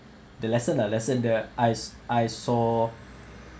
the lessen ah lessen the eyes~ eyesore